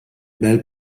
bel